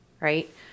Right